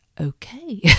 okay